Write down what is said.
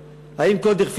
בלי הדרת שכבות חלשות?